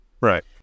Right